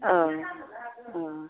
औ ओह